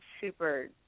super